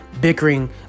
bickering